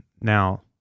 now